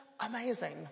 amazing